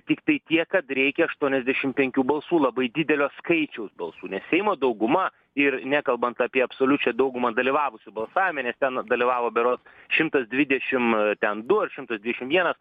tiktai tiek kad reikia aštuoniasdešim penkių balsų labai didelio skaičiaus balsų nes seimo dauguma ir nekalbant apie absoliučią daugumą dalyvavusių balsavime nes ten dalyvavo berods šimtas dvidešim ten du ar šimtas vienas